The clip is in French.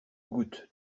goutte